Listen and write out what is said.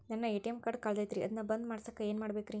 ನನ್ನ ATM card ಕಳದೈತ್ರಿ ಅದನ್ನ ಬಂದ್ ಮಾಡಸಾಕ್ ಏನ್ ಮಾಡ್ಬೇಕ್ರಿ?